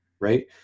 right